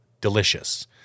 delicious